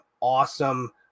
awesome